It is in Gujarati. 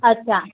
અચ્છા